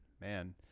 man